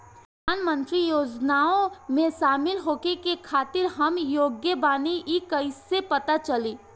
प्रधान मंत्री योजनओं में शामिल होखे के खातिर हम योग्य बानी ई कईसे पता चली?